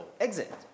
exit